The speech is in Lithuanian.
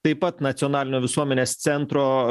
taip pat nacionalinio visuomenės centro